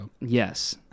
Yes